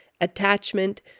Attachment